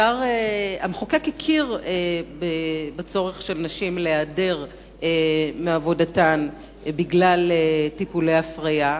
המחוקק הכיר בצורך של נשים להיעדר מעבודתן בגלל טיפולי הפריה,